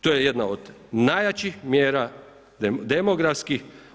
To je jedna od najjačih mjera demografskih.